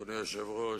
כבוד היושב-ראש,